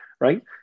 right